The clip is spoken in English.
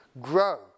grow